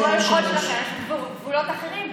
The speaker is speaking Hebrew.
יכול להיות שלכם יש גבולות אחרים.